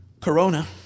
corona